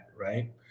Right